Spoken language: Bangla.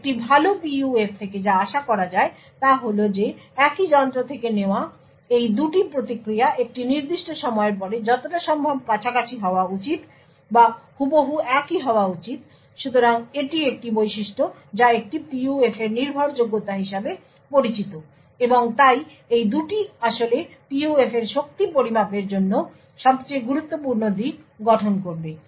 এবং একটি ভাল PUF থেকে যা আশা করা যায় তা হল যে একই যন্ত্র থেকে নেওয়া এই 2টি প্রতিক্রিয়া একটি নির্দিষ্ট সময়ের পরে যতটা সম্ভব কাছাকাছি হওয়া উচিত বা হুবহু একই হওয়া উচিত সুতরাং এটি একটি বৈশিষ্ট্য যা একটি PUF এর নির্ভরযোগ্যতা হিসাবে পরিচিত এবং তাই এই 2টি আসলে PUF এর শক্তি পরিমাপের জন্য সবচেয়ে গুরুত্বপূর্ণ দিক গঠন করবে